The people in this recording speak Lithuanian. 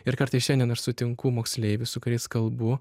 ir kartais šiandien aš sutinku moksleivius su kuriais kalbu